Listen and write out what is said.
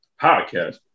Podcast